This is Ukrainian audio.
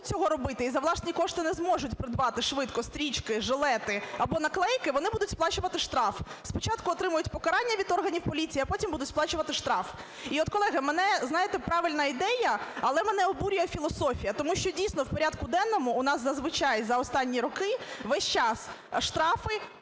цього робити і за власні кошти не зможуть придбати швидко стрічки, жилети або наклейки, вони будуть сплачувати штраф. Спочатку отримають покарання від органів поліції, а потім будуть сплачувати штраф. І от, колеги, знаєте, правильна ідея, але мене обурює філософія. Тому що, дійсно, в порядку денному у нас зазвичай за останні роки весь час штрафи,